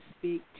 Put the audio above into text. speak